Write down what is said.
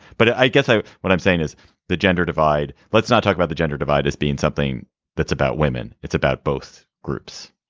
but i guess what i'm saying is the gender divide. let's not talk about the gender divide as being something that's about women. it's about both groups.